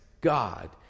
God